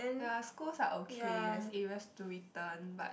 ya schools are okay there's areas to return but